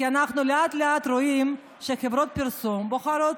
כי אנחנו לאט-לאט רואים שחברות הפרסום בוחרות